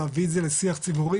להביא את זה לשיח ציבורי,